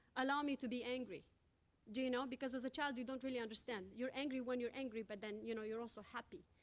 allow me to be angry do you know? because as a child, you don't really understand. you're angry when you're angry, but then, you know you're also happy.